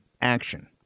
action